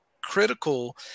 critical